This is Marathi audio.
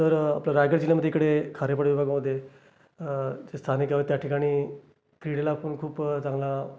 तर आपल्या रायगड जिल्ह्यामध्ये इकडे खारेपाटण विभागामध्ये जे स्थानिक त्या ठिकाणी क्रीडेला पण खूप चांगला